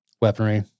weaponry